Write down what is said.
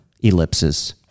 ellipses